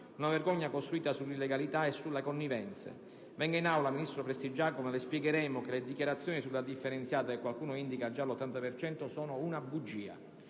una vergogna costruita sulla illegalità e sulle connivenze. Venga in Aula, ministro Prestigiacomo, e le spiegheremo che le dichiarazioni sulla raccolta differenziata, che qualcuno indica essere già all'80 per cento, sono una bugia: